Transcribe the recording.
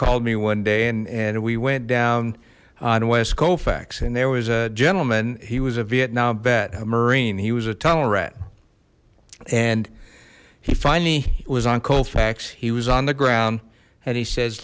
called me one day and and we went down on west colfax and there was a gentleman he was a vietnam vet a marine he was a tunnel rat and he finally was on colfax he was on the ground and he says